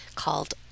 Called